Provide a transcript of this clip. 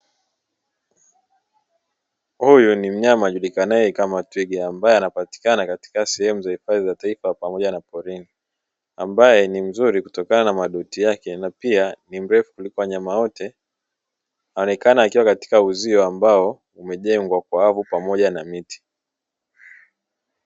Huyu ni mnyama ajulikanae kama twiga ambae anapatikana katika sehemu za hifadhi ya taifa pamoja na porini. Ambae ni mzuri kutoakana na madoti yake na pia ni mrefu kuliko wanyama wote; anaonekana akiwa katika uzio ambao umejengwa kwa wavu pamoja na miti.